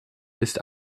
ist